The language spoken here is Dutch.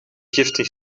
giftig